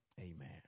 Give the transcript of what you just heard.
Amen